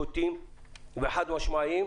בוטים וחד-משמעיים.